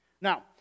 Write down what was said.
Now